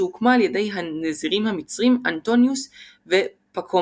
שהוקמה על ידי הנזירים המצרים אנטוניוס ופאכומיוס.